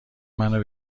منو